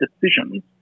decisions